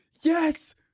Yes